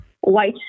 white